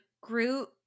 Groot